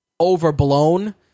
overblown